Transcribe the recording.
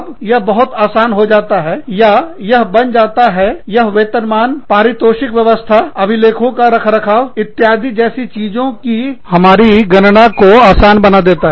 अब यह बहुत आसान हो जाता है या यह बन जाता हैयह वेतनमान पारितोषिक व्यवस्थाअभिलेखों का रखरखाव इत्यादि जैसी चीजों कि हमारी करना को आसान बना देता है